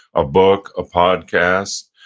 a book, a podcast.